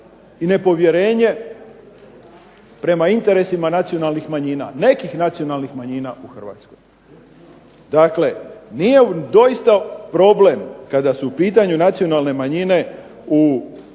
i nepovjerenje prema interesima nacionalnih manjina, nekih nacionalnih manjina u Hrvatskoj. Dakle, nije doista problem kada su u pitanju nacionalne manjine u pravima